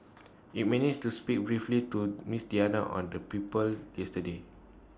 IT managed to speak briefly to miss Diana on the people yesterday